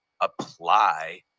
apply